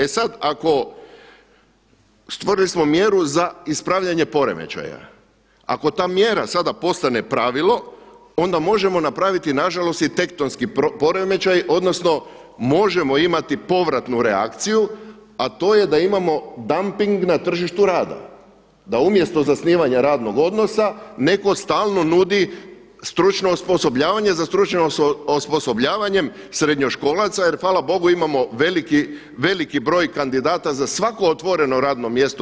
E sada ako stvorili smo mjeru za ispravljanje poremećaja, ako ta mjera sada postane pravilo onda možemo napraviti nažalost i tektonski poremećaj odnosno možemo imati povratnu reakciju, a to je da imamo damping na tržištu rada, da umjesto zasnivanja radnog odnosa neko stalno nudi stručno osposobljavanje za stručnim osposobljavanjem srednjoškolaca jer hvala Bogu imamo veliki broj kandidata za svako otvoreno radno mjesto.